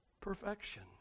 perfection